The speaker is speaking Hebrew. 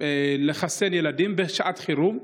לחסן ילדים בשעת חירום,